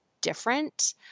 different